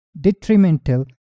detrimental